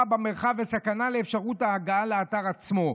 במרחב וסכנה לאפשרות ההגעה לאתר עצמו.